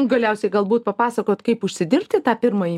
galiausiai galbūt papasakot kaip užsidirbti tą pirmąjį